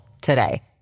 today